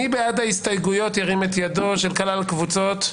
מי בעד ההסתייגויות ירים את ידו של כלל הקבוצות?